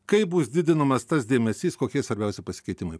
kaip bus didinamas tas dėmesys kokie svarbiausi pasikeitimai